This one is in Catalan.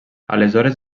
aleshores